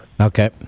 Okay